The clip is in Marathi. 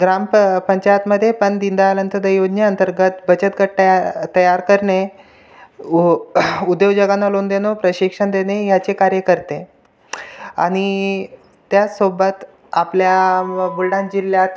ग्राम प पंचायतमध्येपण दीनदयाल अंतदयी योजने अंतर्गत बचत गट तया तयार करणे उ उद्योजकांना लोन देणे प्रशिक्षण देणे याचे कार्य करते आणि त्याचसोबत आपल्या व बुलढाणा जिल्ह्यात